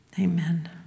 Amen